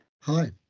Hi